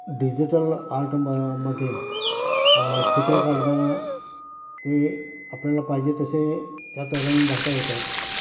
digital art म मध्ये चित्र काढताना ते आपल्याला पाहिजे तसे त्यात रंग भरता येतात